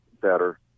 better